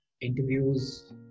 interviews